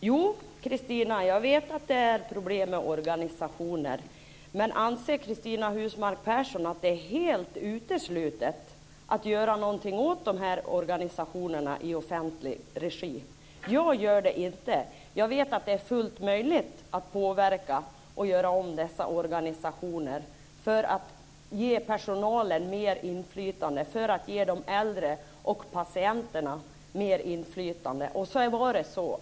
Herr talman! Jo, jag vet att det är problem med organisationer. Men anser Cristina Husmark Pehrsson att det är helt uteslutet att göra något åt de här organisationerna i offentlig regi? Jag anser inte det. Jag vet att det är fullt möjligt att påverka och att göra om dessa organisationer för att ge personalen ett större inflytande och för att ge de äldre och patienterna ett större inflytande.